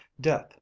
Death